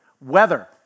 weather